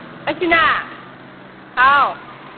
ꯑꯁꯤꯅꯥ ꯍꯥꯎ